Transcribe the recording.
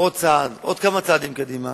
עוד כמה צעדים קדימה